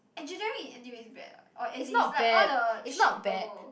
engineering in N_T_U is bad ah or as is like all the shit people go